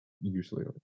usually